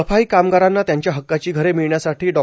सफाई कामगारांना त्यांच्या हक्काची घरे मिळण्यासाठी डॉ